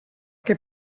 que